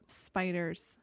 Spiders